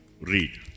read